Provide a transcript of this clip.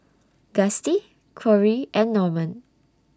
Gustie Corie and Norman